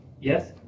Yes